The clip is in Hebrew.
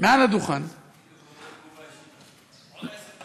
מעל הדוכן, הנה, תגובה אישית, עוד עשר דקות.